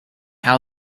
how